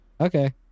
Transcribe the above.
Okay